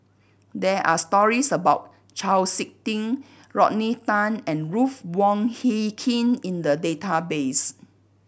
there are stories about Chau Sik Ting Rodney Tan and Ruth Wong Hie King in the database